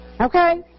Okay